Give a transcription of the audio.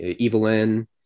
evelyn